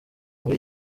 muri